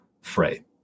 fray